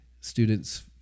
students